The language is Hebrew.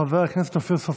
חבר הכנסת אופיר סופר,